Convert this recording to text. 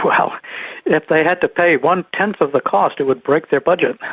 well if they had to pay one-tenth of the cost it would break their budget.